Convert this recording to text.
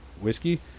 Whiskey